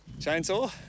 Chainsaw